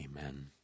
Amen